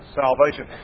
salvation